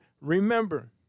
Remember